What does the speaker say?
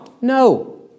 No